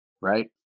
right